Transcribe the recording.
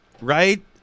Right